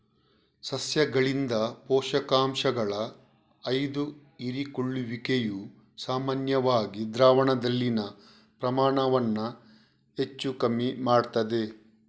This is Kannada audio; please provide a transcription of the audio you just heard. ಸಸ್ಯಗಳಿಂದ ಪೋಷಕಾಂಶಗಳ ಆಯ್ದ ಹೀರಿಕೊಳ್ಳುವಿಕೆಯು ಸಾಮಾನ್ಯವಾಗಿ ದ್ರಾವಣದಲ್ಲಿನ ಪ್ರಮಾಣವನ್ನ ಹೆಚ್ಚು ಕಮ್ಮಿ ಮಾಡ್ತದೆ